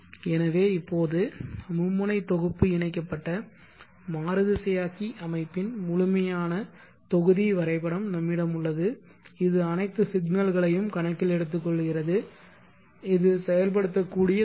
எனவே இப்போது மும்முனை தொகுப்பு இணைக்கப்பட்ட மாறுதிசையாக்கி அமைப்பின் முழுமையான தொகுதி வரைபடம் நம்மிடம் உள்ளது இது அனைத்து சிக்கல்களையும் கணக்கில் எடுத்துக்கொள்கிறது இது செயல்படுத்தக்கூடிய தொகுதி